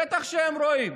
בטח שהם רואים,